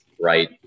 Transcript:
Right